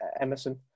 Emerson